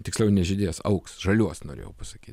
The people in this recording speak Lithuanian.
tiksliau ne žydės augs žaliuos norėjau pasakyt